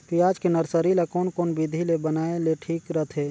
पियाज के नर्सरी ला कोन कोन विधि ले बनाय ले ठीक रथे?